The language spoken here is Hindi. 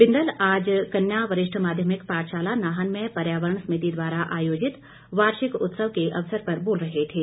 बिंदल आज कन्या वरिष्ठ माध्यमिक पाठशाला नाहन में पर्यावरण समिति द्वारा आयोजित वार्षिक उत्सव के अवसर पर बोल रहे थे